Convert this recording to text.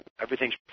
everything's